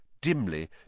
Dimly